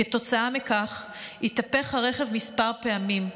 כתוצאה מכך התהפך הרכב כמה פעמים.